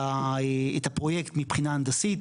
הפרויקט מבחינה הנדסית,